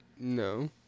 no